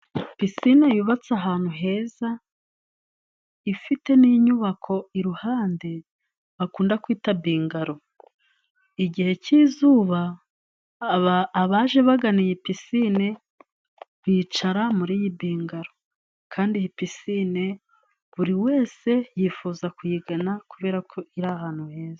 Pisine yubatse ahantu heza ifite n'inyubako iruhande bakunda kwita bingaro. Igihe cy'izuba abaje bagana iyi pisine bicara muri iyi bingaro, kandi iyi pisinine buri wese yifuza kuyigana kubera ko iri ahantu heza.